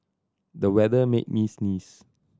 the weather made me sneeze